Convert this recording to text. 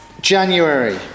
January